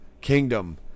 Kingdom